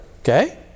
Okay